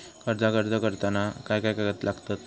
कर्जाक अर्ज करताना काय काय कागद लागतत?